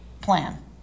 plan